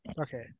Okay